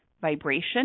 vibration